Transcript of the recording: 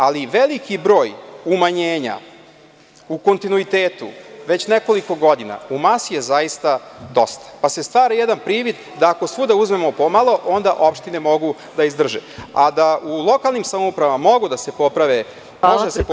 Ali, veliki broj umanjenja u kontinuitetu već nekoliko godina u masi je zaista dosta, pa se stvara jedan privid da ako svuda uzmemo po malo onda opštine mogu da izdrže a da u lokalnim samoupravama mogu da se popravi situacija, to je sasvim sigurno.